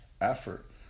effort